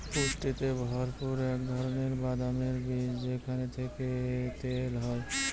পুষ্টিতে ভরপুর এক ধরনের বাদামের বীজ যেখান থেকে তেল হয়